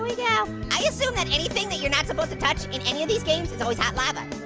ah yeah i assume that anything that you're not supposed to touch in any of these games is always hot lava.